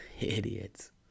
Idiots